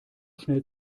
schnell